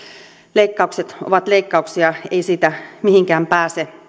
leikkaukset ovat leikkauksia ei siitä mihinkään pääse